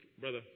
brother